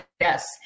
yes